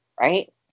Right